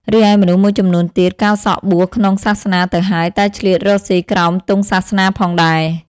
រីឯមនុស្សមួយចំនួនទៀត កោរសក់បួសក្នុងសាសនាទៅហើយ តែឆ្លៀតរកស៊ីក្រោមទង់សាសនាផងដែរ ។